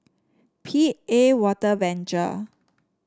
P A Water Venture